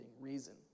reason